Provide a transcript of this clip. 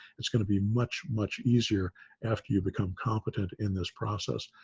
it's going to be much, much easier after you become competent in this process.